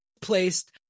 placed